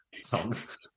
songs